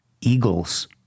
eagles